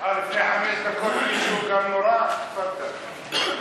לפני חמש דקות מישהו גם נורה, תפאדל.